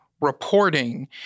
reporting